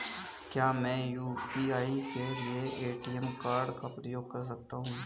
क्या मैं यू.पी.आई के लिए ए.टी.एम कार्ड का उपयोग कर सकता हूँ?